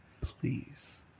please